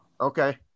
Okay